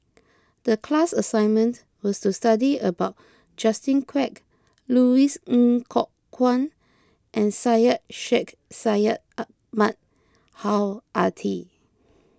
the class assignment was to study about Justin Quek Louis Ng Kok Kwang and Syed Sheikh Syed Ahmad Al Hadi